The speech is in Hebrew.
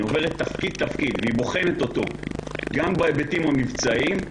היא עוברת תפקיד-תפקיד ובוחנת אותו גם בהיבטים המבצעיים,